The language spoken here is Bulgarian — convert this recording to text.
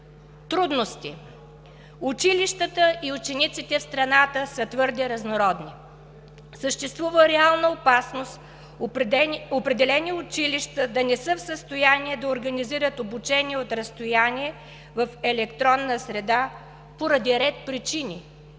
Трудности. Училищата и учениците в страната са твърде разнородни. Съществува реална опасност определени училища да не са в състояние да организират обучение от разстояние в електронна среда поради ред причини: